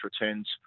returns